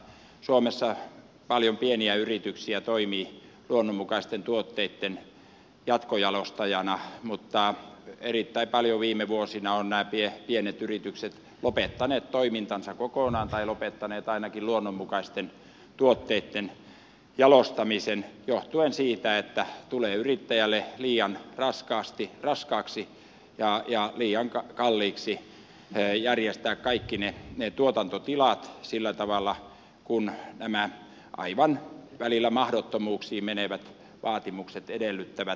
suomessa toimii paljon pieniä yrityksiä luonnonmukaisten tuotteitten jatkojalostajana mutta erittäin paljon on ollut viime vuosina pieniä yrityksiä jotka ovat lopettaneet toimintansa kokonaan tai lopettaneet ainakin luonnonmukaisten tuotteitten jalostamisen johtuen siitä että tulee yrittäjälle liian raskaaksi ja liian kalliiksi järjestää kaikki ne tuotantotilat sillä tavalla kuin nämä välillä aivan mahdottomuuksiin menevät vaatimukset edellyttävät